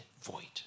void